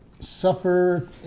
suffer